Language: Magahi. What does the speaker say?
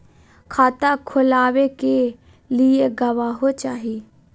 खाता खोलाबे के लिए गवाहों चाही?